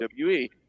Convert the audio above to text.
WWE